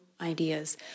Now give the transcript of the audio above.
ideas